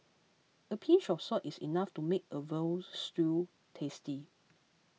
a pinch of salt is enough to make a Veal Stew tasty